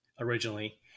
originally